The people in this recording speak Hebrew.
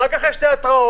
רק אחרי שתי התראות,